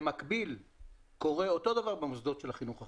במקביל קורה אותו הדבר במוסדות החינוך הערבי.